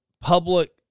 public